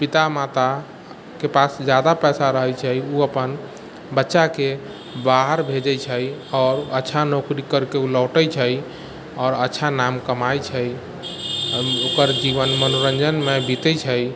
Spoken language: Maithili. पिता माताके पास जादा पैसा रहैत छै ओ अपन बच्चाके बाहर भेजैत छै आओर अच्छा नौकरी करके ओ लौटैत छै आओर अच्छा नाम कमाय छै ओकर जीवन मनोरञ्जनमे बीतैत छै